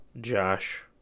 Josh